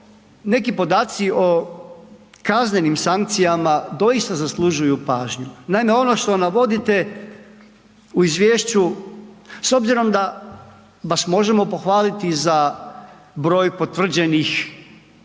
neki podaci o kaznenim sankcijama doista zaslužuju pažnju, naime ono što navodite u izvješću s obzirom da vas možemo pohvaliti za broj potvrđenih